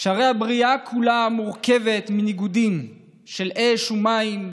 שהרי הבריאה כולה מורכבת מניגודים של אש ומים,